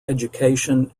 education